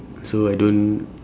so I don't